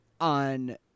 on